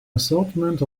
assortment